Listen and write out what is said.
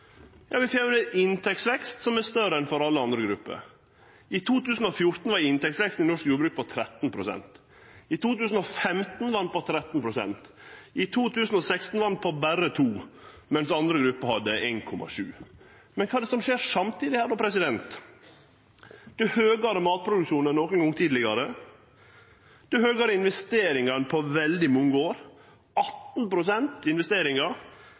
Jau, vi får ein inntektsvekst som er større enn for alle andre grupper. I 2014 var inntektsveksten i norsk jordbruk på 13 pst. I 2015 var han på 13 pst. I 2016 var hann på berre 2 pst., mens andre grupper hadde 1,7 pst. Men kva er det som skjer samtidig her? Det er høgare matproduksjon enn nokon gong tidlegare, det er høgare investeringar enn på veldig mange år